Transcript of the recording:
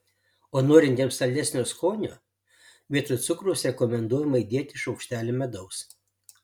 o norintiems saldesnio skonio vietoj cukraus rekomenduojama įdėti šaukštelį medaus